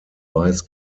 weiß